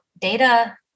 data